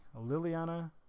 Liliana